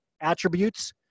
attributes